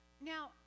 Now